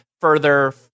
further